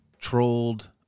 trolled